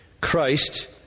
Christ